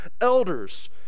elders